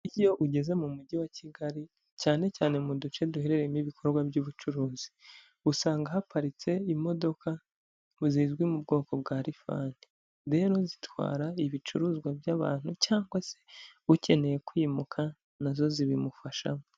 Iyo ugeze mu mujyi wa Kigali cyane cyane mu duce duherereyemo ibikorwa by'ubucuruzi, usanga haparitse imodoka zizwi mu bwoko bwa rifani. Rero zitwara ibicuruzwa by'abantu cyangwa se ukeneye kwimuka na zo zibimufashamo.